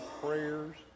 prayers